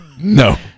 No